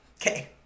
Okay